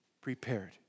prepared